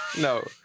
no